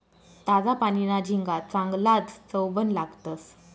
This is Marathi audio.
ताजा पानीना झिंगा चांगलाज चवबन लागतंस